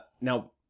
Now